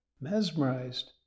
mesmerized